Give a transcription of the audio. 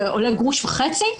זה עולה גרוש וחצי.